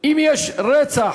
אם יש רצח